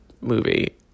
movie